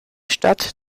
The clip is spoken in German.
stadt